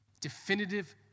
definitive